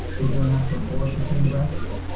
is there a natural pause between breaths?